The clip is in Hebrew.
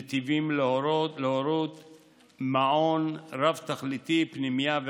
נתיבים להורות, מעון רב-תכליתי, פנימייה ועוד,